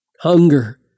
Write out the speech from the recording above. hunger